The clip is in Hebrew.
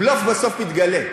בלוף בסוף מתגלה.